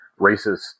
racist